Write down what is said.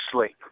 sleep